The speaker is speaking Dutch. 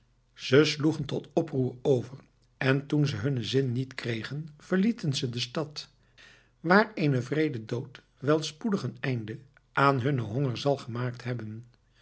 ze sloegen tot oproer over en toen ze hunnen zin niet kregen verlieten ze de stad waar een wreede dood wel spoedig een einde aan hunnen honger zal gemaakt hebben